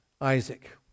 Isaac